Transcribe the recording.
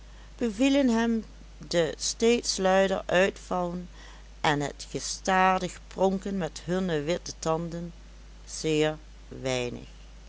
deden bevielen hem de steeds luider uitvallen en het gestadig pronken met hunne witte tanden zeer weinig